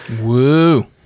Woo